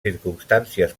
circumstàncies